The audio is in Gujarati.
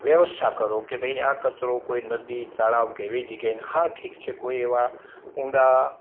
વ્યવસ્થા કરો કે ભાઈ આ કચરો કોઈ નદી શાળાઓ કે એવી જગ્યાએ હા ઠીક છે કોઈ એવા ઊંડા